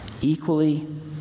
equally